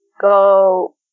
go